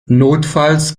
notfalls